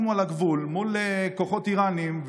אנחנו על הגבול מול כוחות איראניים,